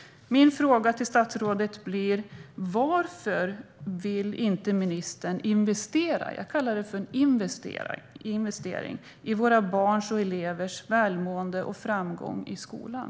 Min fråga till ministern blir: Varför vill inte ministern investera - jag kallar det för en investering - i våra barns och elevers välmående och framgång i skolan?